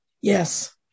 Yes